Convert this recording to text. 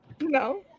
No